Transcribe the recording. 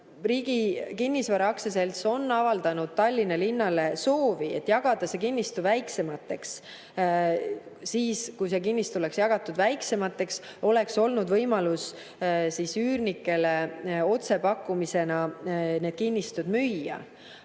Riigi Kinnisvara Aktsiaselts on avaldanud Tallinna linnale soovi jagada see kinnistu väiksemateks tükkideks. Kui see kinnistu oleks jagatud väiksemateks tükkideks, oleks olnud võimalus üürnikele otsepakkumisena need kinnistud müüa.